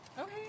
okay